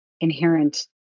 inherent